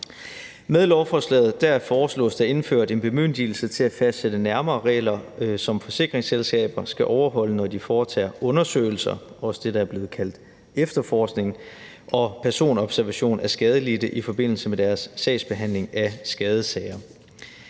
Med lovforslaget foreslås der indført en bemyndigelse til at fastsætte nærmere regler, som forsikringsselskaber skal overholde, når de foretager undersøgelser – det er også det, der er blevet kaldt efterforskning – og personobservation af skadelidte i forbindelse med deres sagsbehandling af skadesager.